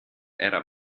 era